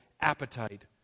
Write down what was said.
appetite